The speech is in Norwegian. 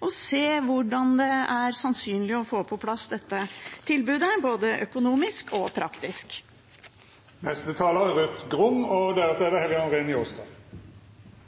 for å se hvordan det er sannsynlig å få på plass dette tilbudet, både økonomisk og praktisk. Som alle vet, er helse helt avgjørende for folks livskvalitet. For Arbeiderpartiet er